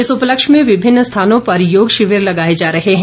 इस उपलक्ष्य में विभिन्न स्थानों पर योग शिविर लगाए जा रहे हैं